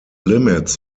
limits